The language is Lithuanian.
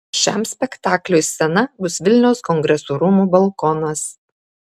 šiam spektakliui scena bus vilniaus kongresų rūmų balkonas